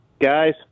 guys